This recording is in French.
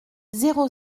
zéro